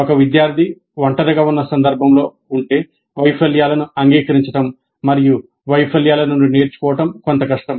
ఒక విద్యార్థి ఒంటరిగా ఉన్న సందర్భంలో ఉంటే వైఫల్యాలను అంగీకరించడం మరియు వైఫల్యాల నుండి నేర్చుకోవడం కొంత కష్టం